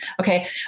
Okay